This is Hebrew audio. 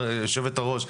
יושבת הראש.